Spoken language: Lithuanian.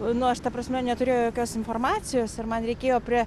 nu aš ta prasme neturėjau jokios informacijos ir man reikėjo prie